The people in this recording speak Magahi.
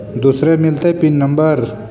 दुसरे मिलतै पिन नम्बर?